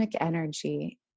energy